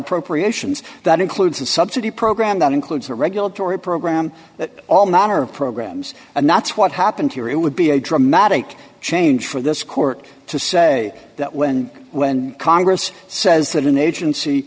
appropriations that includes a subsidy program that includes a regulatory program that all manner of programs and that's what happened here it would be a dramatic change for this court to say that when when congress says that an agency